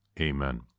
Amen